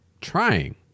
trying